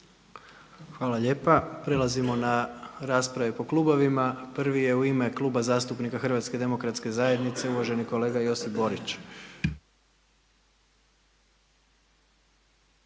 Hvala lijepa. Prelazimo na rasprave po klubovima. Prvi je u ime Kluba zastupnika HDZ-a uvaženi kolega Josip Borić.